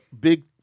big